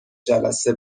جلسه